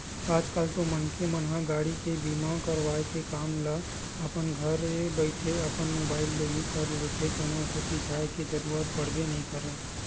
आज कल तो मनखे मन ह गाड़ी के बीमा करवाय के काम ल अपन घरे बइठे अपन मुबाइल ले ही कर लेथे कोनो कोती जाय के जरुरत पड़बे नइ करय